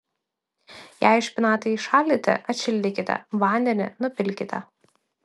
jei špinatai šaldyti atšildykite vandenį nupilkite